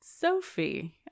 Sophie